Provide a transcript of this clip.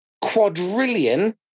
quadrillion